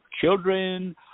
children